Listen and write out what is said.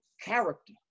character